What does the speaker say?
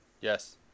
yes